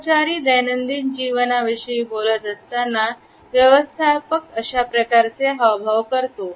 कर्मचारी दैनंदिन जीवनात विषयी बोलत असताना व्यवस्थापक अशा प्रकारचे हावभाव करतो